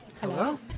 Hello